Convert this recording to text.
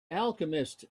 alchemist